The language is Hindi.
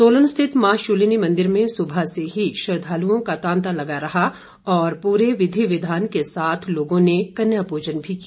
सोलन स्थित मां शूलिनी मंदिर में सुबह से ही श्रद्वालुओं का तांता लगा रहा और पूरे विधि विधान के साथ लोगों ने कन्या पूजन भी किया